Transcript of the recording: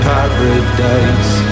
Paradise